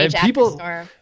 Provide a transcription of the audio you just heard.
people